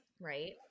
Right